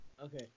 Okay